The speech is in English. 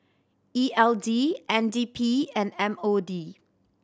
E L D N D P and M O D